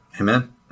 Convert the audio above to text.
Amen